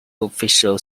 official